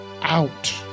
out